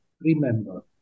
remember